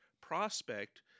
prospect